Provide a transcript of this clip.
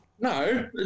No